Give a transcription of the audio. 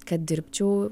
kad dirbčiau